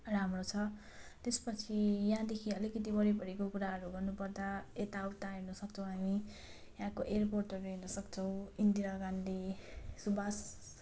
राम्रो छ त्यस पछि यहाँदेखि अलिकति वरिपरिको कुराहरू गर्नु पर्दा यताउता हेर्न सक्छौँ हामी यहाँको एयरपोर्टहरू हेर्न सक्छौँ इन्दिरा गान्धी सुभाष